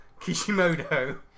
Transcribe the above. Kishimoto